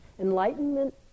Enlightenment